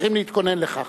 צריכים להתכונן לכך.